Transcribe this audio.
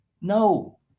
No